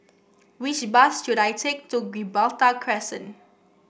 which bus should I take to Gibraltar Crescent